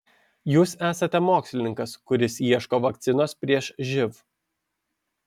jūs esate mokslininkas kuris ieško vakcinos prieš živ